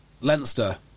Leinster